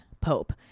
pope